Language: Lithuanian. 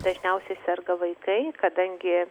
dažniausiai serga vaikai kadangi